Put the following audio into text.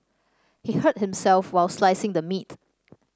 he hurt himself while slicing the meat